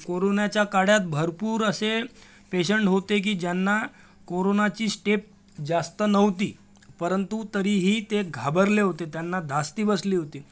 तर कोरोनाच्या काळात भरपूर असे पेशंट होते की ज्यांना कोरोनाची स्टेप जास्त नव्हती परंतु तरीही ते घाबरले होते त्यांना धास्ती बसली होती